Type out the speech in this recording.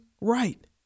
right